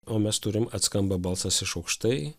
o mes turim atskamba balsas iš aukštai